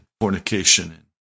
fornication